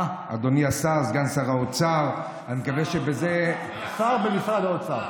אדוני השר, סגן שר האוצר, שר במשרד האוצר.